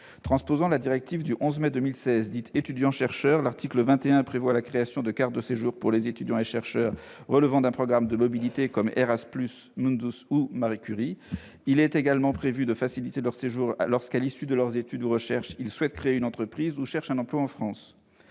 Transposant la directive du 11 mai 2016 dite « Étudiants-chercheurs », l'article 21 prévoit la création de cartes de séjour pour les étudiants et chercheurs relevant d'un programme de mobilité comme Erasmus Mundus ou Marie-Curie. Il est également prévu de faciliter leur séjour lorsque, à l'issue de leurs études ou recherches, ils souhaitent créer une entreprise ou cherchent un emploi en France.